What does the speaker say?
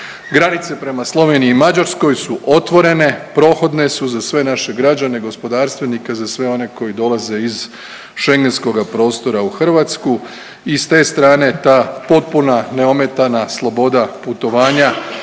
Granice prema Sloveniji i Mađarskoj su otvorene, prohodne su za sve naše građane, gospodarstvenike, za sve one koji dolaze iz Schengenskoga prostora u Hrvatsku i s te strane ta potpuna neometana sloboda putovanja